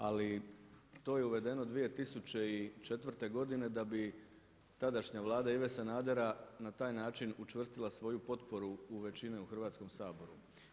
Ali, to je uvedeno 2004. godine da bi tadašnja Vlada Ive Sanadera na taj način učvrstila svoju potporu većine u Hrvatskom saboru.